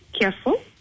careful